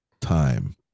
time